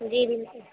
जी बिल्कुल